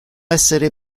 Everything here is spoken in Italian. essere